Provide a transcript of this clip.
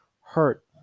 hurt